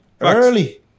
early